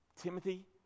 Timothy